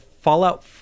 Fallout